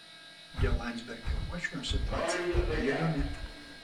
dėl landsbergio uošvio situacija labai įdomi